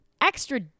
extra